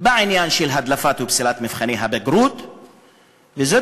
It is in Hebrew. בעניין של הדלפת מבחני הבגרות ופסילתם.